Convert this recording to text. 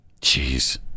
Jeez